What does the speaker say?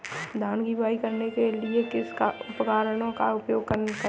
धान की बुवाई करने के लिए किस उपकरण का उपयोग करें?